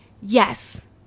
yes